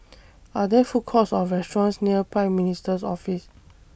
Are There Food Courts Or restaurants near Prime Minister's Office